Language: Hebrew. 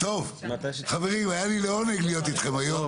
טוב, חברים, היה לי לעונג להיות איתכם היום.